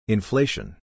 Inflation